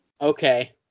Okay